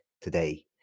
today